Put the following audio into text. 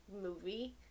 movie